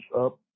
up